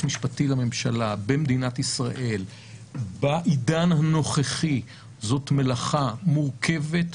משפטי לממשלה במדינת ישראל בעידן הנוכחי זאת מלאכה מורכבת,